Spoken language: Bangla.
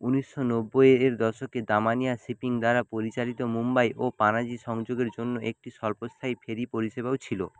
উনিশশো নব্বইয়ের দশকে দামানিয়া শিপিং দ্বারা পরিচালিত মুম্বাই ও পানাজি সংযোগের জন্য একটি স্বল্পস্থায়ী ফেরি পরিষেবাও ছিলো